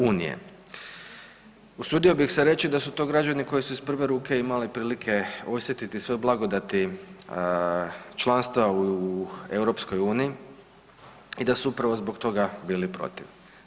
Usudio bih se reći da su to građani koji su iz prve ruke imali prilike osjetiti sve blagodati članstva u EU i da su upravo zbog toga bili protiv.